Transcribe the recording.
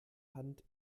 hand